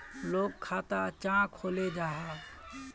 लोग खाता चाँ खोलो जाहा?